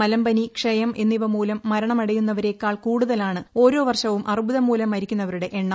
മലമ്പനി ക്ഷയം എന്നിവ മൂലം മരണമടയുന്നവ്ട്രേക്കാൾ കൂടുതലാണ് ഓരോ വർഷവും അർബുദം മൂല്ലൂ മർിക്കുന്നവരുടെ എണ്ണം